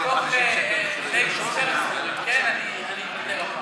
מתוך Ladies First אני אוותר הפעם.